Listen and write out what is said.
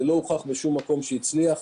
ולא הוכח בשום מקום שהצליח,